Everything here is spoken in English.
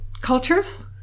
cultures